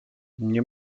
nie